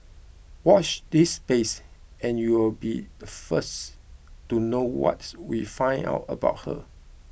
watch this space and you'll be the first to know what we find out about her